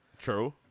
True